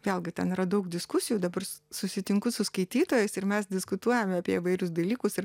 vėlgi ten yra daug diskusijų dabar susitinku su skaitytojais ir mes diskutuojame apie įvairius dalykus ir